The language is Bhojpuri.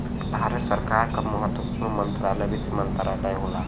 भारत सरकार क महत्वपूर्ण मंत्रालय वित्त मंत्रालय होला